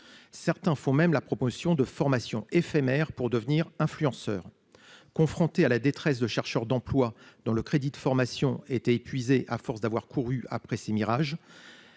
Certains font même la promotion de formation éphémère pour devenir influenceurs. Confrontés à la détresse de chercheurs d'emploi dans le crédit de formations était épuisé. À force d'avoir couru après 6 Mirage.